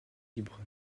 libre